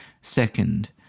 second